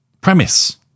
premise